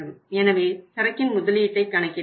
எனவே சரக்கின் முதலீட்டை கணக்கிட வேண்டும்